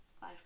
Bye